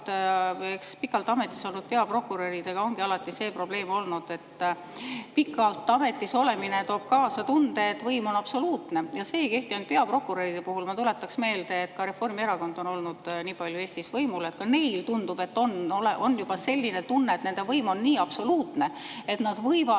– eks pikalt ametis olnud peaprokuröridega ongi alati olnud see probleem, et pikalt ametis olemine toob kaasa tunde, et võim on absoluutne. Ja see ei kehti ainult peaprokuröride puhul. Ma tuletan meelde, et Reformierakond on olnud Eestis nii palju võimul, et ka neile tundub, neil on juba selline tunne, et nende võim on nii absoluutne, et nad võivad